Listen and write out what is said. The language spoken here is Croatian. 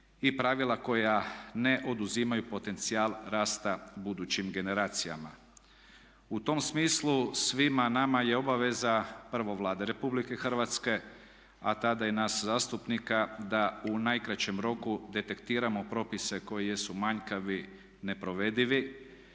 i pravila koja ne oduzimaju potencijal rasta budućim generacijama. U tom smislu, svima nama je obaveza prvo Vlade RH, a tada i nas zastupnika, da u najkraćem roku detektiramo propise koji jesu manjkavi, neprovedivi,